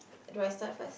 do I start first